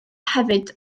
hefyd